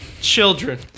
Children